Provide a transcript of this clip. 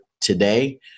today